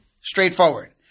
straightforward